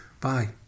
Bye